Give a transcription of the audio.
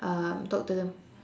um talk to the m~